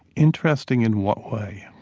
interesting in what way?